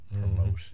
promotion